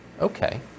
Okay